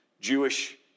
Jewish